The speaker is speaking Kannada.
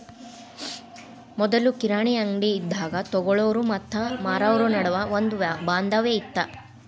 ಮೊದ್ಲು ಕಿರಾಣಿ ಅಂಗ್ಡಿ ಇದ್ದಾಗ ತೊಗೊಳಾವ್ರು ಮತ್ತ ಮಾರಾವ್ರು ನಡುವ ಒಂದ ಬಾಂಧವ್ಯ ಇತ್ತ